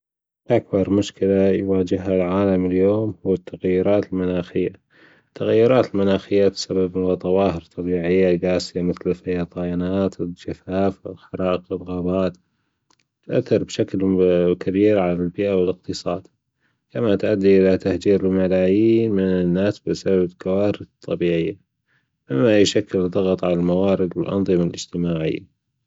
أكبر مشكلة يواجهها العالم اليوم هو التغيرات المناخية التغيرات المناخية السبب هو ظواهر طبيعية جاسية مثل الفيضانات والجفاف والحرائق فالغابات تئثر بشكل كبير على البيئة والاقتصاد كما تؤدي إلى تهجير الملايين من الناس بسبب الكوارث الطبيعية مما يشكل ضغط علة الموارد والأنظمة الاجتماعية.